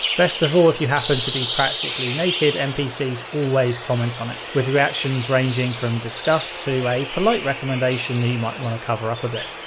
best ah if you happen to be practically naked, npcs always comment on it, with reactions ranging from disgust to a polite recommendation that you might want to cover up a bit.